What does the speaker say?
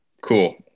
cool